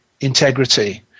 integrity